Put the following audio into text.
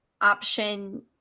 option